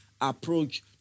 approach